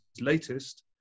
latest